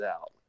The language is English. out